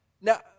Now